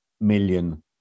million